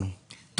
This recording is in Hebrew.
אני מבקש מאוד.